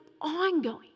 ongoing